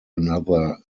another